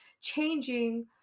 changing